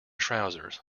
trousers